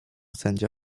sędzia